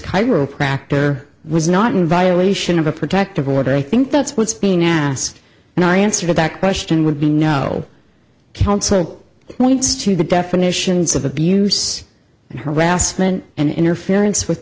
chiropractor was not in violation of a protective order i think that's what's being asked and i answered that question would be no counsel points to the definitions of abuse and harassment and interference with